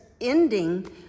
ending